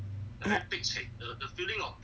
ah